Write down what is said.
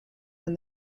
when